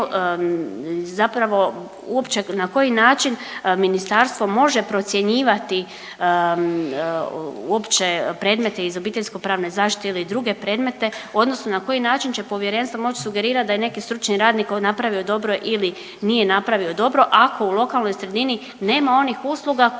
zapravo uopće na koji način ministarstvo može procjenjivati uopće predmete iz obiteljsko pravne zaštite ili druge predmete odnosno na koji način će povjerenstvo moć sugerirat da je neki stručni radnik napravio dobro ili nije napravio dobro ako u lokalnoj sredini nema onih usluga koje